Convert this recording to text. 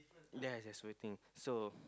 there there's waiting so